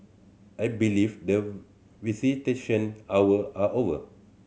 I believe the visitation hour are over